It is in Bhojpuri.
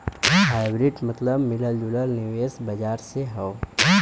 हाइब्रिड मतबल मिलल जुलल निवेश बाजार से हौ